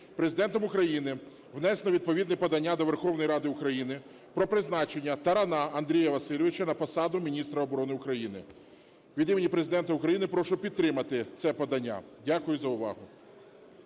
Президентом України внесено відповідне подання до Верховної Ради України про призначення Тарана Андрія Васильовича на посаду міністра оборони України. Від імені Президента України прошу підтримати це подання. Дякую за увагу.